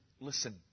listen